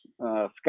Scott